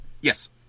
yes